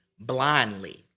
blindly